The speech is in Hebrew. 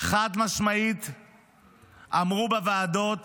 חד-משמעית אמרו בוועדות